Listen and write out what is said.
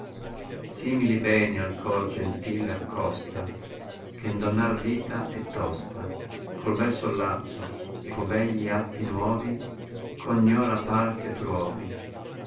simili beni al cor gentile accosta che n donar vita è tosta col bel sollazzo e co begli atti nuovi ch ognora par che truovi